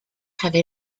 have